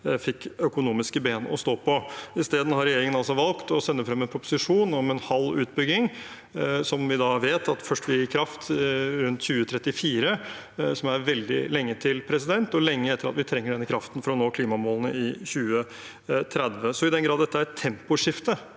fikk økonomiske ben å stå på. Isteden har regjeringen altså valgt å legge frem en proposisjon om en halv utbygging, som vi vet at vil gi kraft først rundt 2034, noe som er veldig lenge til og lenge etter at vi hadde trengt denne kraften for å nå klimamålene i 2030. Så i den grad dette er et temposkifte,